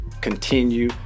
continue